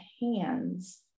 hands